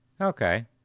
Okay